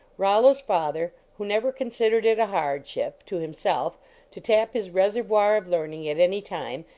rollo s father, who never considered it a hardship to him self to tap his reservoir of learning at any time,